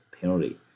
penalty